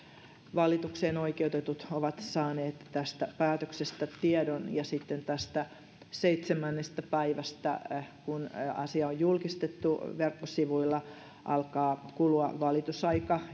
valitukseen oikeutetut ovat saaneet tästä päätöksestä tiedon ja sitten tästä seitsemännestä päivästä kun asia on julkistettu verkkosivuilla alkaa kulua valitusaika